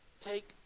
take